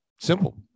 simple